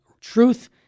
truth